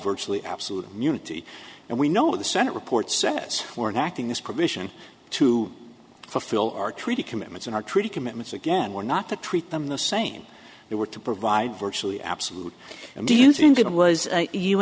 virtually absolute immunity and we know the senate report says we're an acting this provision to fulfill our treaty commitments in our treaty commitments again we're not to treat them the same they were to provide virtually absolute and do you think it was